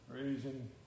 Raising